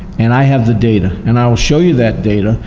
and i have the data, and i will show you that data,